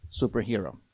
superhero